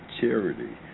charity